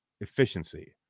efficiency